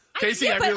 Casey